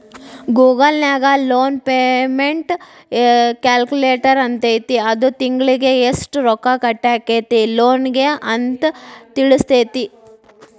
Google ನ್ಯಾಗ loan payment calculator ಅಂತೈತಿ ಅದು ತಿಂಗ್ಳಿಗೆ ಯೆಷ್ಟ್ ರೊಕ್ಕಾ ಕಟ್ಟಾಕ್ಕೇತಿ ಲೋನಿಗೆ ಅಂತ್ ತಿಳ್ಸ್ತೆತಿ